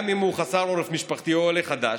גם אם הוא חסר עורף משפחתי או עולה חדש,